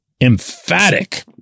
emphatic